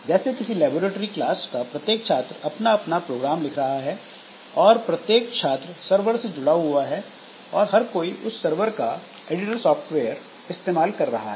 जैसे किसी laboratory class का प्रत्येक छात्र अपना अपना प्रोग्राम लिख रहा है और प्रत्येक छात्र सरवर से जुड़ा हुआ है और हर कोई उस सरवर का एडिटर सॉफ्टवेयर इस्तेमाल कर रहे हैं